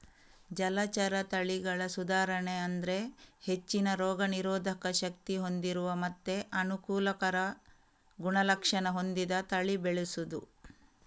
ಜಲಚರ ತಳಿಗಳ ಸುಧಾರಣೆ ಅಂದ್ರೆ ಹೆಚ್ಚಿನ ರೋಗ ನಿರೋಧಕ ಶಕ್ತಿ ಹೊಂದಿರುವ ಮತ್ತೆ ಅನುಕೂಲಕರ ಗುಣಲಕ್ಷಣ ಹೊಂದಿದ ತಳಿ ಬೆಳೆಸುದು